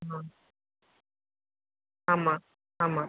ஆ ஆமாம் ஆமாம்